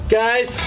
guys